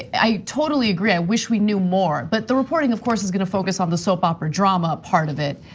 i totally agree, i wish we knew more. but the reporting of course is going to focus on the soap opera drama part of it.